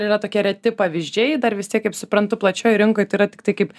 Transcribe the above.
yra tokie reti pavyzdžiai dar vis tiek kaip suprantu plačioj rinkoj tai yra tiktai kaip